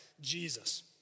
Jesus